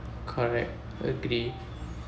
correct agree